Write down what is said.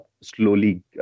slowly